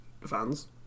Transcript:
fans